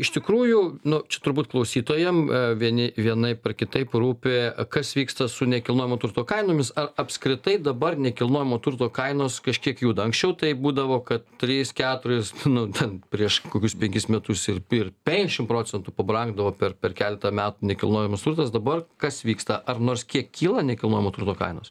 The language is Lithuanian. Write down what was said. iš tikrųjų nu čia turbūt klausytojam vieni vienaip ar kitaip rūpi kas vyksta su nekilnojamo turto kainomis ar apskritai dabar nekilnojamo turto kainos kažkiek juda anksčiau tai būdavo kad trys keturis nu ten prieš kokius penkis metus ir pir penkiasdešim procentų pabrangdavo per per keletą metų nekilnojamas turtas dabar kas vyksta ar nors kiek kyla nekilnojamo turto kainos